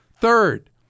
Third